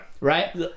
right